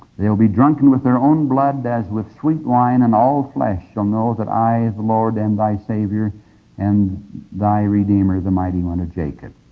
they shall be drunken with their own blood as with sweet wine and all flesh shall know that i the lord am thy savior and thy redeemer, the mighty one of jacob.